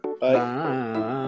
bye